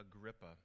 Agrippa